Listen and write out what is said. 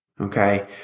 Okay